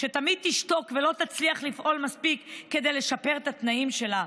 שתמיד תשתוק ולא תצליח לפעול מספיק כדי לשפר את התנאים שלה,